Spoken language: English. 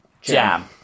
Jam